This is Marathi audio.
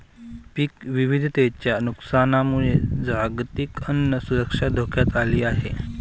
पीक विविधतेच्या नुकसानामुळे जागतिक अन्न सुरक्षा धोक्यात आली आहे